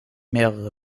mehrere